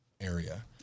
area